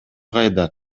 кайда